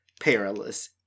perilous